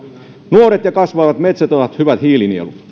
nuoret ja kasvavat metsät ovat hyviä hiilinieluja